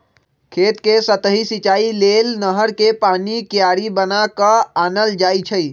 खेत कें सतहि सिचाइ लेल नहर कें पानी क्यारि बना क आनल जाइ छइ